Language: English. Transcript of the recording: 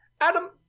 Adam